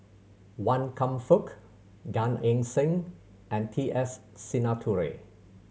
Wan Kam Fook Gan Eng Seng and T S Sinnathuray